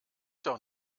doch